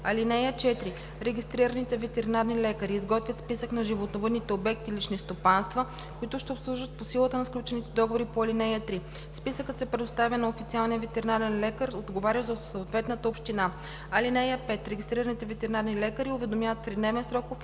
ал. 2. (4) Регистрираните ветеринарни лекари изготвят списък на животновъдните обекти – лични стопанства, които ще обслужват по силата на сключените договори по ал. 3. Списъкът се предоставя на официалния ветеринарен лекар, отговарящ за съответната община. (5) Регистрираните ветеринарни лекари уведомяват в тридневен срок официалния